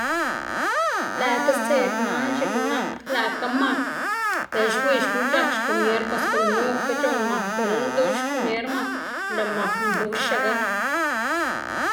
lëꞌkga stseꞌd man x̱iꞌk nak lëꞌkga mak dela xwiy xkuꞌn c̲h̲ak xkomier bos gunukga c̲h̲uꞌnn mak dela ndux xkumier mak lëꞌ mak nduxaga.